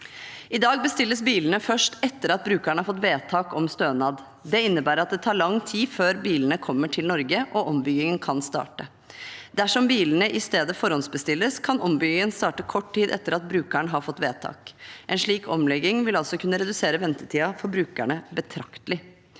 I dag bestilles bilene først etter at brukeren har fått vedtak om stønad. Det innebærer at det tar lang tid før bilene kommer til Norge og ombyggingen kan starte. Dersom bilene i stedet forhåndsbestilles, kan ombyggingen starte kort tid etter at brukeren har fått vedtak. En slik omlegging vil altså kunne redusere ventetiden for brukerne betraktelig.